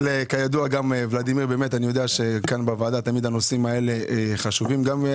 אני יודע שבוועדה תמיד הנושאים האלה חשובים לך.